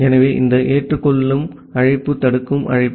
ஆகவே இந்த ஏற்றுக்கொள்ளும் அழைப்பு தடுக்கும் அழைப்பு